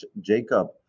Jacob